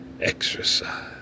exercise